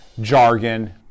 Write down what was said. jargon